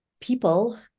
people